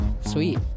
Sweet